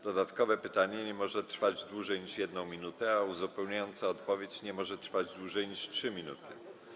Dodatkowe pytanie nie może trwać dłużej niż 1 minutę, a uzupełniająca odpowiedź nie może trwać dłużej niż 3 minuty.